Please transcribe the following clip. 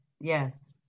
yes